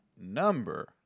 number